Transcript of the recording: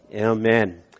Amen